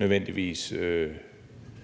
nødvendigvis